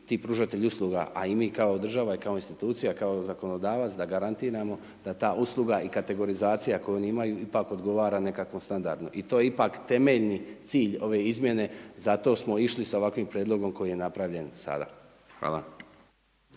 ti pružatelji usluga, a i mi kao država i kao institucija, kao zakonodavac da garantiramo da ta usluga i kategorizacija koju oni imaju ipak odgovara nekakvom standardu. I to ipak temeljni cilj ove izmjene, zato smo išli s ovim prijedlogom koji je napravljen sada. Hvala.